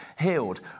healed